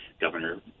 Governor